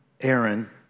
Aaron